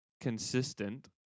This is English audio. consistent